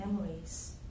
memories